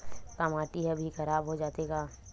का माटी ह भी खराब हो जाथे का?